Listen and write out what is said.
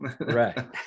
Right